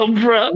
bro